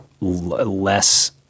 less